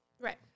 Right